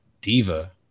diva